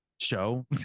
show